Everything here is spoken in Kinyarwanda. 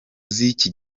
z’iki